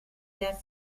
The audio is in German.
der